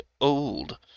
old